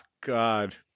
God